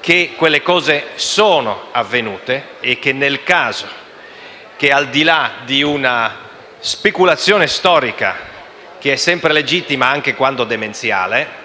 che quelle cose sono avvenute e che, al di là di una speculazione storica, che è sempre legittima anche quando demenziale,